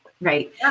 Right